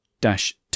dash